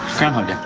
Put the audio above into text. groundhog